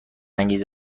انگیز